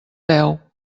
deu